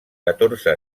catorze